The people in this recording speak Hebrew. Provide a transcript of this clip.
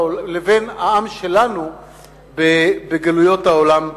לבין העם שלנו בגלויות העולם כולו.